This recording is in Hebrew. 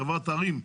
חברת ערים.